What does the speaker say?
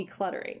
decluttering